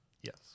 Yes